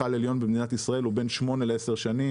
על עליון במדינת ישראל הוא בן 8-10 שנים.